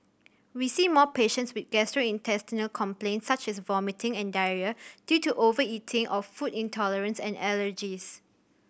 we see more patients with gastrointestinal complaints such as vomiting and diarrhoea due to overeating or food intolerance and allergies